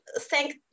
thank